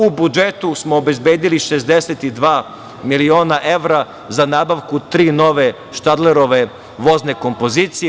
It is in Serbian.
U budžetu smo obezbedili 62 miliona evra za nabavku tri nove „Štadlerove“ vozne kompozicije.